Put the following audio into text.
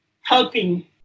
helping